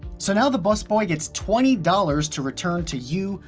so now the busboy gets twenty dollars to return to you,